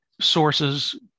sources